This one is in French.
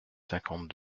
cinquante